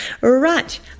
right